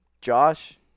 Josh